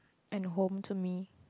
and home to me